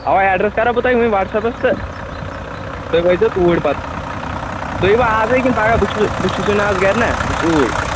اَوا ایڈرَس کَرو بہٕ تۄہہِ وٕنۍ وَٹٕسَپَس تہٕ تُہۍ وٲتۍ زیو توٗرۍ پَتہٕ تُہۍ یی وُ آزَے کِنہٕ پَگہہ بہٕ چھُ بہٕ چھُسُے نہٕ آز گَرِ نہ بہٕ چھُس اورۍ